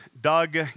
Doug